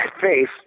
face